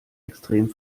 extrem